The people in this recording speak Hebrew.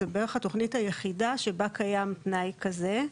זו בערך התכנית היחידה שבה קיים תנאי כזה.